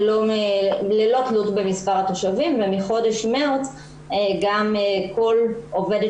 ללא תלות במספר התושבים ומחודש מרץ גם כל עובדת